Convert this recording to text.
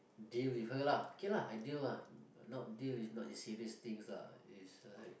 deal with her lah okay lah I deal lah not deal is not the serious things lah is like